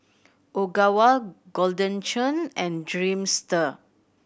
Ogawa Golden Churn and Dreamster